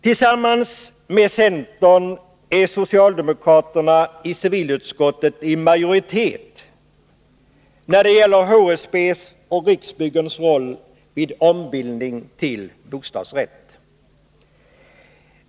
Tillsammans med centern är socialdemokraterna i civilutskottet i majoritet när det gäller HSB:s och Riksbyggens roll vid ombildning till bostadsrätt.